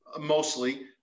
Mostly